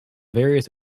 various